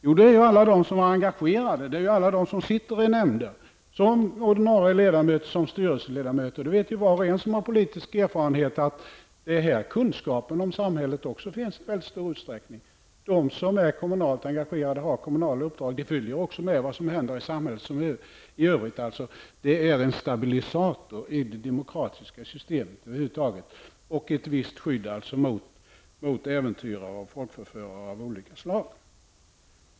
Jo, det är alla de som är engagerade, alla de som sitter i nämnder och styrelser. Alla som har politisk erfarenhet vet att det är här kunskapen om samhället finns i mycket stor utsträckning. De som har kommunala uppdrag och är kommunalt engagerade följer också med i samhällsutvecklingen som helhet. De är en stabilisator i det demokratiska systemet och ett visst skydd mot äventyrare och folkförförare av olika slag.